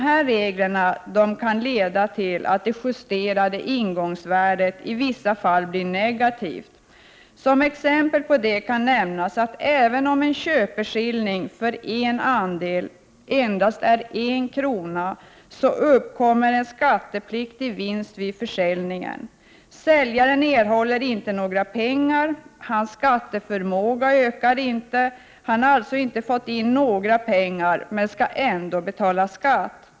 Dessa regler kan leda till att det justerade ingångsvärdet i vissa fall bli negativt. Som exempel på detta kan nämnas att även om köpeskillingen fö andelen endast är 1 kr. uppkommer en skattepliktig vinst vid försäljningen Säljaren erhåller inte några pengar och hans skatteförmåga ökar inte. Han har alltså inte fått in några pengar men skall ändå betala en skatt.